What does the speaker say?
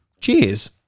Cheers